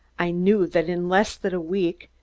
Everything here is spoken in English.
i knew that in less than a week,